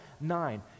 nine